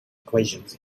equations